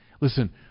Listen